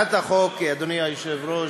אדוני היושב-ראש,